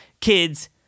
kids